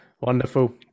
Wonderful